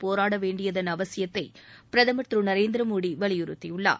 போராட வேண்டியதன் அவசியத்தை பிரதமர் திரு நரேந்திர மோடி வலியுறுத்தியுள்ளார்